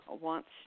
wants